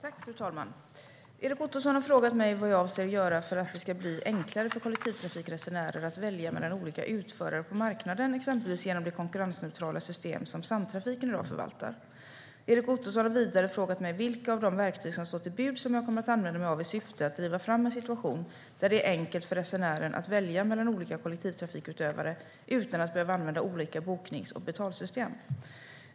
Fru talman! Erik Ottoson har frågat mig vad jag avser att göra för att det ska bli enklare för kollektivtrafikresenärer att välja mellan olika utförare på marknaden exempelvis genom det konkurrensneutrala system som Samtrafiken i dag förvaltar. Erik Ottoson har vidare frågat mig vilka av de verktyg som står till buds som jag kommer använda mig av i syfte att driva fram en situation där det är enkelt för resenären att välja mellan olika kollektivtrafikutövare utan att behöva använda olika boknings och betalsystem.